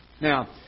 Now